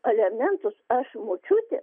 alementus aš močiutė